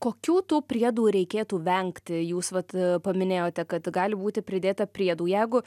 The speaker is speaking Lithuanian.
kokių tų priedų reikėtų vengti jūs vat paminėjote kad gali būti pridėta priedų jeigu